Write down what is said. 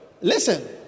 Listen